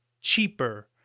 cheaper